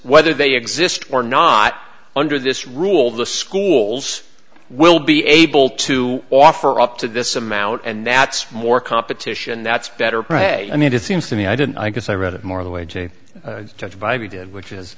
whether they exist or not under this rule the schools will be able to offer up to this amount and that's more competition that's better pray i mean it seems to me i didn't i guess i read it more the way to judge by we did which is